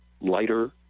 lighter